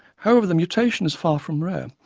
however the mutation is far from rare,